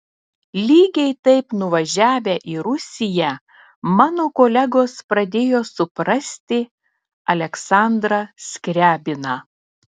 lygiai taip nuvažiavę į rusiją mano kolegos pradėjo suprasti aleksandrą skriabiną